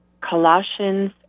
Colossians